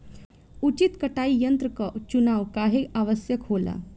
उचित कटाई यंत्र क चुनाव काहें आवश्यक होला?